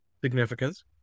significance